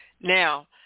Now